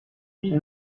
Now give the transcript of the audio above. honte